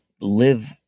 live